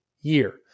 year